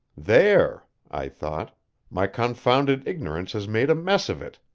there! i thought my confounded ignorance has made a mess of it.